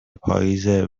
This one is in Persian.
پاییزه